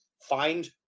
find